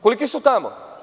Koliki su tamo?